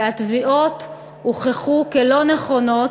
והתביעות הוכחו כלא-נכונות,